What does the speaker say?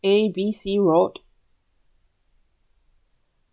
A B C road